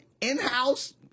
in-house